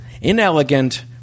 inelegant